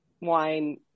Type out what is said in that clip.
wine